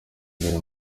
mbere